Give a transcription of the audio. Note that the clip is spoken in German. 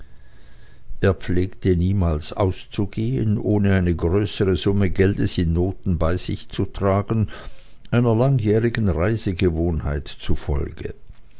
er pflegte niemals auszugehen ohne eine größere summe geldes in noten bei sich zu tragen einer langjährigen reisegewohnheit zufolge